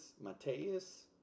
Mateus